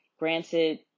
Granted